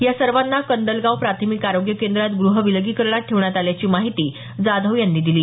या सर्वांना कंदलगाव प्राथमिक आरोग्य केंद्रात गृह विलगीकरणात ठेवण्यात आल्याची माहिती जाधव यांनी दिली